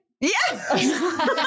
Yes